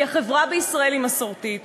כי החברה בישראל היא מסורתית.